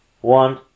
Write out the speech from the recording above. One